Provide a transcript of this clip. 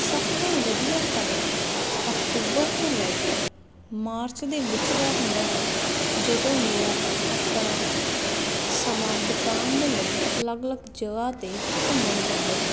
ਸਭ ਤੋਂ ਵਧੀਆ ਟਾਈਮ ਅਕਤੂਬਰ ਤੋਂ ਲੈ ਕੇ ਮਾਰਚ ਦੇ ਵਿੱਚ ਦਾ ਹੁੰਦਾ ਹੈ ਜਦੋਂ ਲੋਕ ਆਪਣਾ ਸਮਾਂ ਬਿਤਾਉਣ ਦੇ ਲਈ ਅਲੱਗ ਅਲੱਗ ਜਗ੍ਹਾ 'ਤੇ ਘੁੰਮਣ ਜਾਂਦੇ ਹਨ